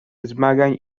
zmagań